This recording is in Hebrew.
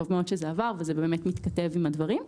טוב מאוד שזה עבר וזה באמת מתכתב עם הדברים.